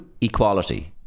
equality